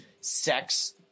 sex